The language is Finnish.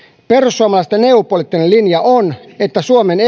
perussuomalaisten eu poliittinen linja on että suomen